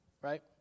Right